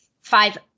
Five